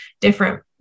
different